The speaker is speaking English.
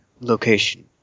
location